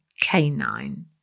canine